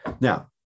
Now